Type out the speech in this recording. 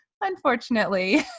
unfortunately